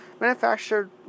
Manufactured